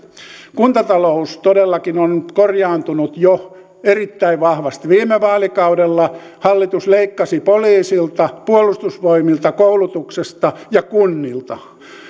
kuntatalous todellakin on korjaantunut jo erittäin vahvasti viime vaalikaudella hallitus leikkasi poliisilta puolustusvoimilta koulutuksesta ja kunnilta